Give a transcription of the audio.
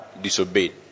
disobeyed